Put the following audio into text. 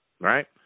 right